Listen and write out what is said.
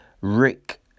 Rick